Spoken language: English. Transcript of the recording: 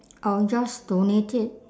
I'll just donate it